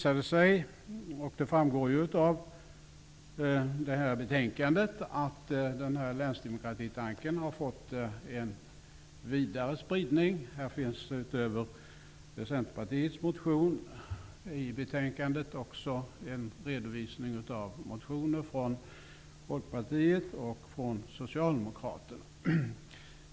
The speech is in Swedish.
Av betänkandet framgår att länsdemokratitanken har fått en vidare spridning. Här finns utöver Centerpartiets motion i betänkandet också en redovisning av motioner från Folkpartiet och från Socialdemokraterna.